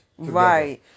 Right